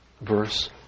verse